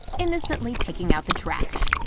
innocently taking out the trash.